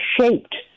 shaped